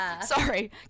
Sorry